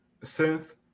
synth